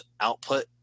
output